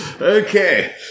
Okay